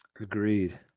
Agreed